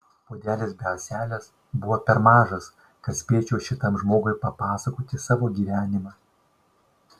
puodelis be ąselės buvo per mažas kad spėčiau šitam žmogui papasakoti savo gyvenimą